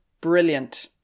brilliant